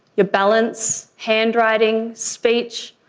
your balance, handwriting, speech,